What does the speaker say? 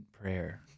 Prayer